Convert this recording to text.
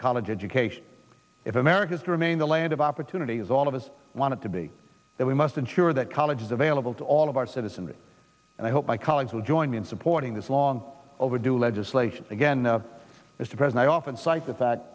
college education if america is to remain the land of opportunity as all of us want to be that we must ensure that college is available to all of our citizenry and i hope my colleagues will join me in supporting this long overdue legislation again as the president often cited that